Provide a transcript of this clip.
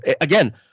Again